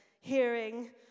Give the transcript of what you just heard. hearing